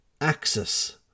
axis